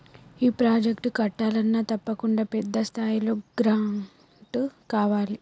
ఏ project కట్టాలన్నా తప్పకుండా పెద్ద స్థాయిలో గ్రాంటు కావాలి